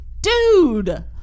Dude